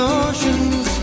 oceans